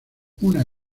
una